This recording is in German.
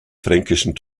fränkischen